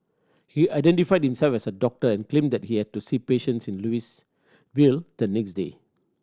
he identified himself as a doctor and claimed that he had to see patients in Louisville the next day